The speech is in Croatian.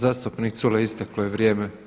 Zastupnik Culej, isteklo je vrijeme.